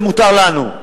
זה מותר לנו,